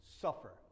suffer